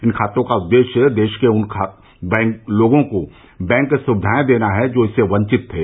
इन खातों का उददेश्य देश के उन लोगों को बैंक सुविधायें देना है जो इससे वंचित थे